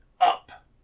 up